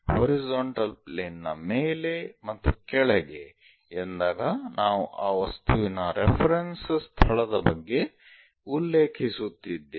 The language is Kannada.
ಹಾರಿಜಾಂಟಲ್ ಪ್ಲೇನ್ ನ ಮೇಲೆ ಮತ್ತು ಕೆಳಗೆ ಎಂದಾಗ ನಾವು ಆ ವಸ್ತುವಿನ ರೆಫರೆನ್ಸ್ ಸ್ಥಳದ ಬಗ್ಗೆ ಉಲ್ಲೇಖಿಸುತ್ತಿದ್ದೇವೆ